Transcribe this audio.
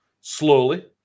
slowly